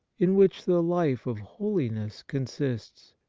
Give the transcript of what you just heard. in which the life of holiness consists?